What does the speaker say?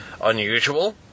Unusual